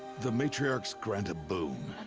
the matriarchs grant a boon.